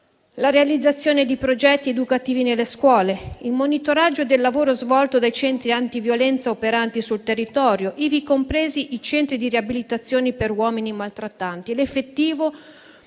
alla realizzazione di progetti educativi nelle scuole, al monitoraggio del lavoro svolto dai centri antiviolenza operanti sul territorio, ivi compresi i centri di riabilitazione per uomini maltrattanti; all'effettiva